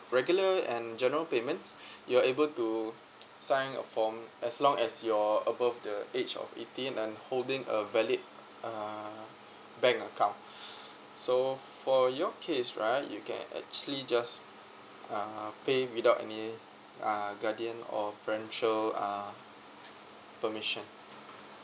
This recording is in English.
regular and general payments you are able to sign a form as long as you're above the age of eighteen and holding a valid uh bank account so for your case right you can actually just uh pay without any uh guardian or parental uh permission